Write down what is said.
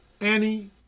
Annie